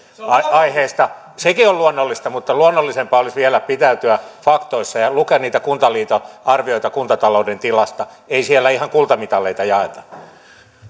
aiheesta sekin on luonnollista mutta luonnollisempaa olisi vielä pitäytyä faktoissa ja lukea niitä kuntaliiton arvioita kuntatalouden tilasta ei siellä ihan kultamitaleita jaeta vielä